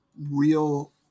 real